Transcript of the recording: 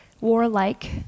warlike